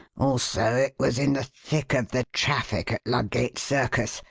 also, it was in the thick of the traffic at ludgate circus,